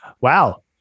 wow